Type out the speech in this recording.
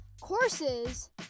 courses